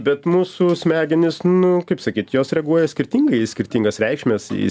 bet mūsų smegenys nu kaip sakyt jos reaguoja skirtingai į skirtingas reikšmes į